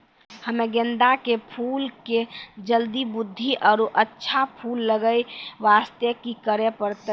हम्मे गेंदा के फूल के जल्दी बृद्धि आरु अच्छा फूल लगय वास्ते की करे परतै?